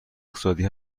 اقتصادی